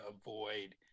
avoid